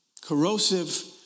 corrosive